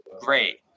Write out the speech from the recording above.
great